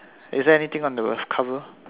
is there anything on the cover